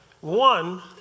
one